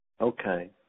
Okay